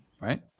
Right